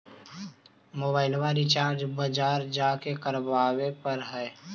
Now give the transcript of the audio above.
मोबाइलवा रिचार्ज बजार जा के करावे पर है?